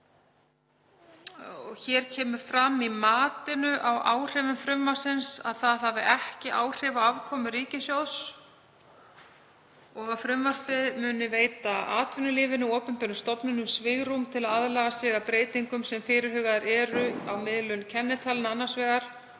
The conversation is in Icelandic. Fram kemur í mati á áhrifum frumvarpsins að það hafi ekki áhrif á afkomu ríkissjóðs og að það muni veita atvinnulífinu og opinberum stofnunum svigrúm til að laga sig að breytingum sem fyrirhugaðar eru á miðlun kennitalna annars vegar